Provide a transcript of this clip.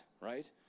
right